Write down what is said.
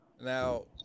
Now